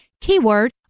keyword